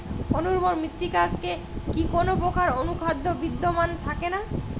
অনুর্বর মৃত্তিকাতে কি কোনো প্রকার অনুখাদ্য বিদ্যমান থাকে না?